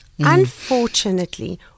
unfortunately